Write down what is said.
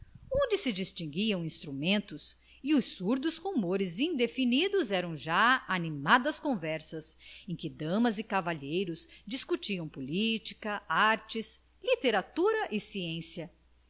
baile onde se distinguiam instrumentos e os surdos rumores indefinidos eram já animadas conversas em que damas e cavalheiros discutiam política artes literatura e ciência